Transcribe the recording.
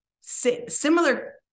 similar